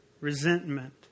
resentment